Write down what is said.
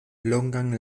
longan